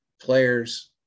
players